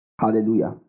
Hallelujah